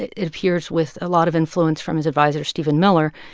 it it appears with a lot of influence from his adviser stephen miller,